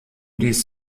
dies